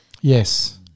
Yes